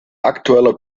aktueller